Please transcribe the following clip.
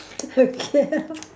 okay